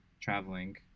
traveling